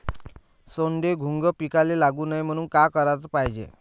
सोंडे, घुंग पिकाले लागू नये म्हनून का कराच पायजे?